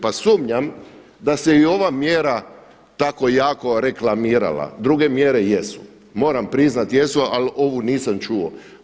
Pa sumnjam da se i ova mjera tako jako reklamirala, druge mjere jesu, moram priznati jesu ali ovu nisam čuo.